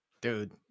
dude